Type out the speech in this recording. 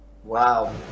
Wow